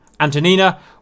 Antonina